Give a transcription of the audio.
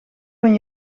van